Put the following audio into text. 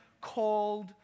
called